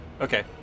Okay